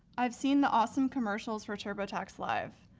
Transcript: i've seen the awesome commercials for turbotax live,